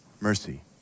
mercy